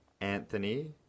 Anthony